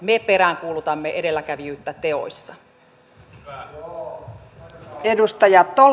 me peräänkuulutamme edelläkävijyyttä teoissa